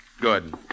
Good